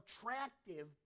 attractive